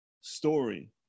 story